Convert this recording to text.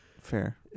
fair